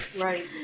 Right